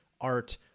art